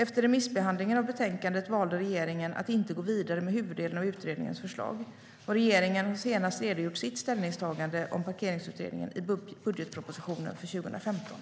Efter remissbehandlingen av betänkandet valde regeringen att inte gå vidare med huvuddelen av utredningens förslag. Regeringen har senast redogjort sitt ställningstagande om Parkeringsutredningen i budgetpropositionen för 2015.